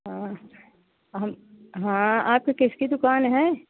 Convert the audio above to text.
हाँ हम हाँ आपकी किस चीज़ की दुकान है